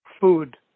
food